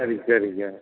சரிங்க சரிங்க